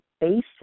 basic